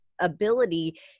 ability